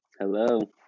Hello